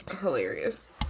hilarious